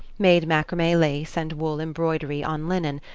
made macrame lace and wool embroidery on linen,